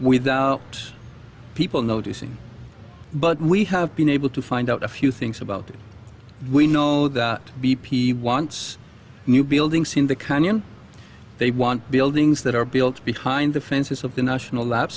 without people noticing but we have been able to find out a few things about it we know that b p wants new buildings in the canyon they want buildings that are built behind the fences of the national la